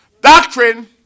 Doctrine